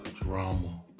drama